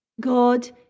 God